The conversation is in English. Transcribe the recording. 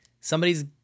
somebody's